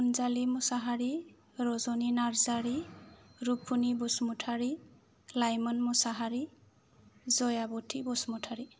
Anjali Mosahary Rajani Narzary Rupuni Basumatary Laimon Mosahary Joyaboti Basumatary